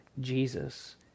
Jesus